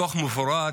דוח מפורט,